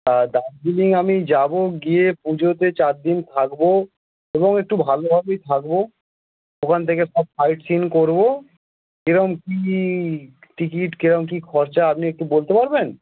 তা দার্জিলিং আমি যাবো গিয়ে পুজোতে চার দিন থাকবো এবং একটু ভালোভাবেই থাকবো ওখান থেকে সব সাইট সিন করবো কিরম কি টিকিট কিরম কি খরচা আপনি একটু বলতে পারবেন